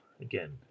Again